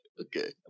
Okay